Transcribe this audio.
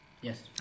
yes